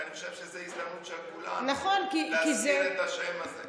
ואני חושב שזו הזדמנות של כולנו להזכיר את השם הזה.